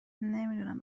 نمیدونم